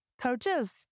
coaches